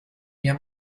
mir